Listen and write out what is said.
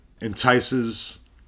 entices